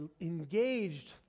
engaged